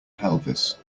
pelvis